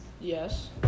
Yes